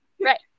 Right